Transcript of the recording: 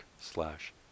slash